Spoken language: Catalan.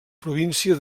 província